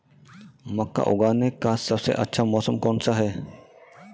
मक्का उगाने का सबसे अच्छा मौसम कौनसा है?